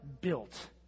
built